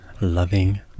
loving